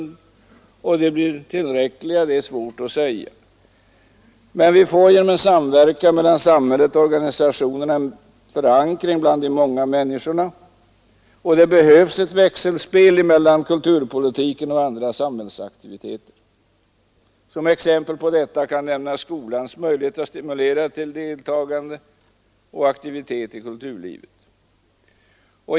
Om dessa insatser blir tillräckliga är svårt att säga. Men vi får genom en samverkan mellan samhället och organisationerna en förankring bland de många människorna. Det behövs ett växelspel mellan kulturpolitiken och andra samhällsaktiviteter. Som exempel på detta kan nämnas skolans möjligheter att stimulera till deltagande och aktivitet i kulturlivet.